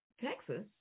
Texas